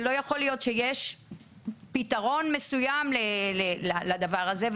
זה לא יכול להיות שיש פתרון מסוים לדבר הזה,